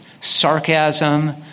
sarcasm